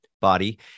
body